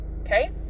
Okay